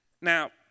Now